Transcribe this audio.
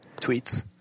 Tweets